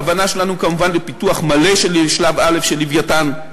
הכוונה שלנו כמובן לפיתוח מלא של שלב א' של "לווייתן",